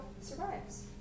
survives